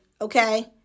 okay